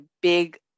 big